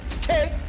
take